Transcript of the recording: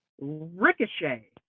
Ricochet